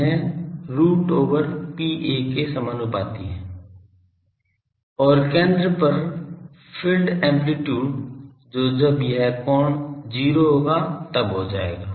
इसलिए यह root over P के समानुपाती है और केंद्र पर फ़ील्ड एम्पलीटूड जो जब यह कोण 0 होगा तब हो जाएगा